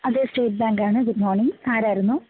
അതെ സ്റ്റേറ്റ് ബാങ്കാണ് good morning ആരായിരുന്നു